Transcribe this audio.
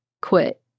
quit